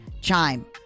chime